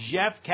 Jeff